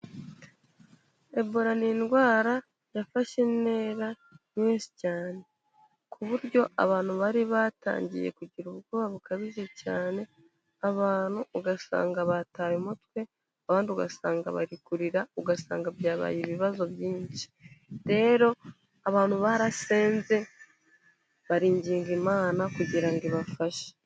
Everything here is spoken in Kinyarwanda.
Ebola ni indwara yafashe intera nyinshi cyane, ku buryo abantu bari batangiye kugira ubwoba bukabije cyane, abantu ugasanga bataye umutwe, abandi ugasanga bari kurira, ugasanga byabaye ibibazo byinshi, rero abantu barasenze bariginga Imana kugira ngo ibafashe.